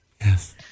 Yes